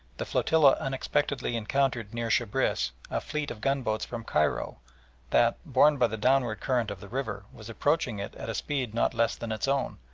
the flotilla unexpectedly encountered near shebriss a fleet of gunboats from cairo that, borne by the downward current of the river, was approaching it at a speed not less than its own,